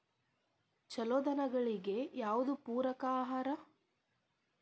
ಛಲೋ ದನಗಳಿಗೆ ಯಾವ್ದು ಪೂರಕ ಆಹಾರ?